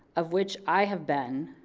of which i have been